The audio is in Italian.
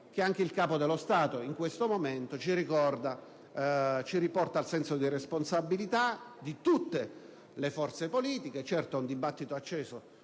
che il Capo dello Stato in questo momento ci richiama al senso di responsabilità di tutte le forze politiche - certo il dibattito è acceso